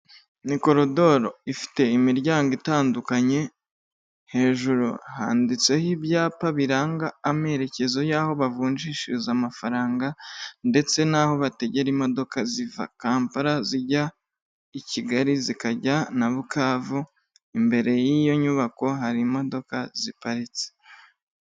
Ni korodoro ifite imiryango itandukanye, hejuru handitseho ibyapa biranga amerekezo y'aho bavunjishiriza amafaranga ndetse n'aho bategera imodoka ziva kampala zijya i Kigali zikajya na bukavu imbere y'iyo nyubako hari imodoka ziparitse.